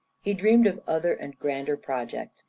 he dreamed of other and grander projects,